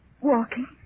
walking